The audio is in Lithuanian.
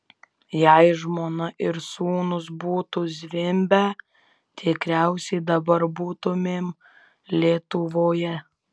jei žmona ir sūnus būtų zvimbę tikriausiai dabar būtumėm lietuvoje